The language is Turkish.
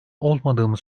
olmadığımı